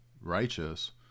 righteous